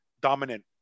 dominant